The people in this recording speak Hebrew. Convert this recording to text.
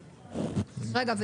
להלן,